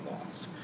lost